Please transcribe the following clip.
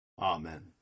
Amen